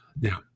Now